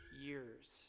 years